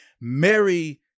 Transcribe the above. Mary